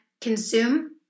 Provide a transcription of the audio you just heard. consume